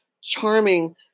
charming